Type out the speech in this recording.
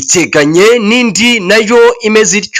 iteganye n'indi nayo imeze ityo.